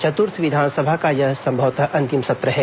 चतुर्थ विधानसभा का यह संभवतः अंतिम सत्र है